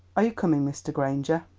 are you coming, mr. granger?